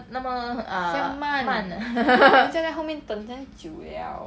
这样慢慢人家在后面等这样久 liao